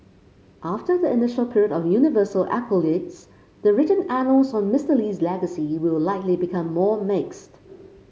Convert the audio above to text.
after the initial period of universal accolades the written annals on Mister Lee's legacy will likely become more mixed